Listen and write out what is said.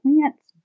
plants